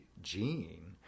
gene